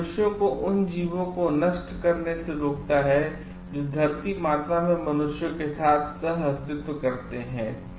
यह मनुष्यों को उन अन्य जीवों को नष्ट करने से रोकता है जो धरती माता में मनुष्यों के साथ सहअस्तित्व करते हैं